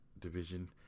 division